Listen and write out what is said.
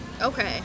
Okay